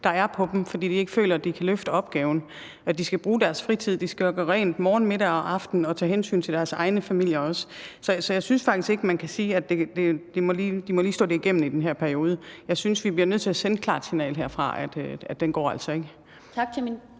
der er på dem, fordi de ikke føler, at de kan løfte opgaven, at de skal bruge deres fritid, at de skal gøre rent morgen, middag og aften og også tage hensyn til deres egne familier. Så jeg synes faktisk ikke, man kan sige, at de lige må stå det igennem i den her periode. Jeg synes, vi bliver nødt til at sende et klart signal herfra om, at den altså ikke går.